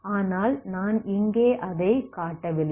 ஆனால் நான் இங்கே அதை காட்டவில்லை